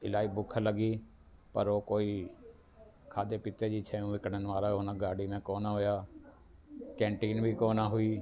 इलाही बुख लॻी पर कोई खाधे पीते जी शयूं विकिणण वारा उन गाॾीअ में कोन हुया कैंटीन बि कोन हुई